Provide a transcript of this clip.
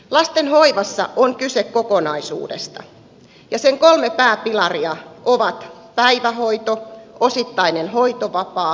lasten hoivassa on kyse kokonaisuudesta ja sen kolme pääpilaria ovat päivähoito osittainen hoitovapaa ja kotihoidon tuki